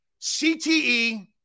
CTE